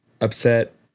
upset